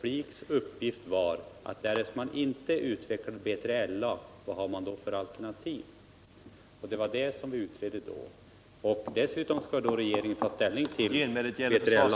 FLIK:s uppgift var att utreda vilka alternativ det finns därest man inte utvecklade BJLA. Dessutom skulle regeringen ta ställning till BILA...